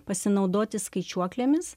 pasinaudoti skaičiuoklėmis